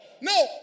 No